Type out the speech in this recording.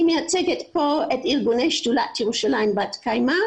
אני מייצגת כאן את ארגוני שדולת ירושלים בת קיימא,